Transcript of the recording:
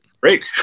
Break